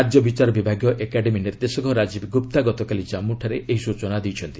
ରାଜ୍ୟ ବିଚାର ବିଭାଗୀୟ ଏକାଡେମୀ ନିର୍ଦ୍ଦେଶକ ରାଜୀବ ଗୁପ୍ତା ଗତକାଲି ଜାଞ୍ଗୁଠାରେ ଏହି ସ୍ବଚନା ଦେଇଛନ୍ତି